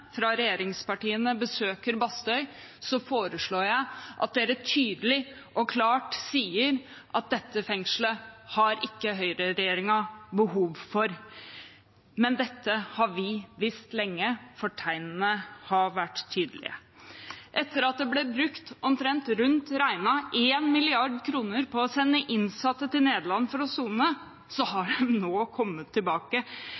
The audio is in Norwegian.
fra regjeringspartiene besøker Bastøy, foreslår jeg at de tydelig og klart sier at dette fengselet har ikke høyreregjeringen behov for. Men dette har vi visst lenge, for tegnene har vært tydelige. Etter at det ble brukt rundt regnet 1 mrd. kr på å sende innsatte til Nederland for å sone,